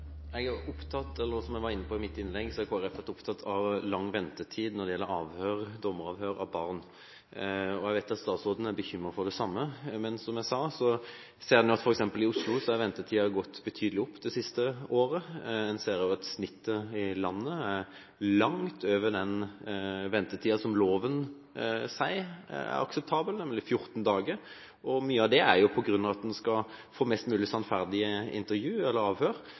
Som jeg var inne på i mitt innlegg, har Kristelig Folkeparti vært opptatt av den lange ventetiden når det gjelder dommeravhør av barn. Jeg vet at statsråden er bekymret over det samme. Som jeg sa, ser en at i f.eks. Oslo har ventetiden gått betydelig opp det siste året. En ser også at ventetiden i landet i snitt er langt over den ventetiden som loven sier er akseptabel, nemlig 14 dager. Mye av dette er fordi en skal få mest mulig sannferdige